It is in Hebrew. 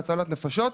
להצלת נפשות,